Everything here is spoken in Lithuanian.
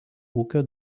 ūkio